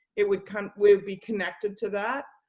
it would kind of would be connected to that.